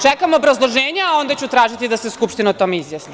Čekam obrazloženje, a onda ću tražiti da se Skupština o tome izjasni.